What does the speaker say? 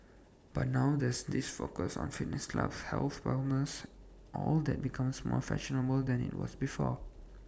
but now there's this focus on fitness clubs health wellness all that becomes more fashionable than IT was before